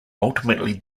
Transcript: ultimately